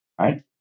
Right